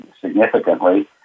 significantly